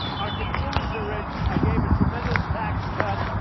our consumers are rich. i gave a tremendous tax cut.